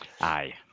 Aye